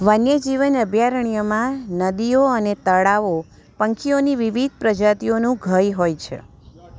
વન્યજીવન અભ્યયારણ્યમાં નદીઓ અને તળાવો પંખીઓની વિવિધ પ્રજાતિઓનું ઘર હોય છે